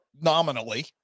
nominally